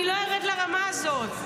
אני לא ארד לרמה הזאת.